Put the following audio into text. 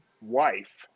wife